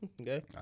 Okay